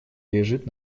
лежит